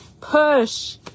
push